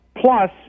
plus